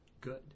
good